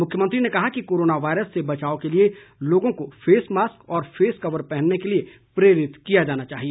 मुख्यमंत्री ने कहा कि कोरोना वायरस से बचाव के लिए लोगों को फेस मास्क व फेस कवर पहनने के लिए प्रेरित किया जाना चाहिए